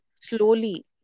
slowly